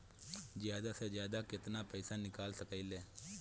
जादा से जादा कितना पैसा निकाल सकईले?